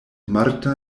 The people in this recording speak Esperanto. marta